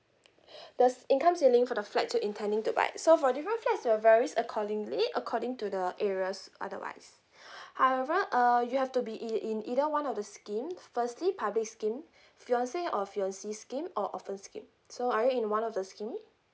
that's income ceiling for the flat to intending to like so for different flats they're varies accordingly according to the areas otherwise however uh you have to be in in either one of the scheme firstly public scheme fiance or fiancee scheme or orphan scheme so are you in one of the scheme